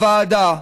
"הוועדה,